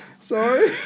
Sorry